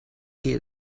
eat